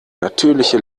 natürliche